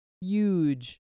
huge